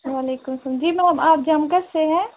وعلیکُم سلام جی میم آپ جمکَش سے ہے